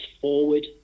forward